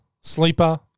Sleeper